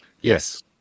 Yes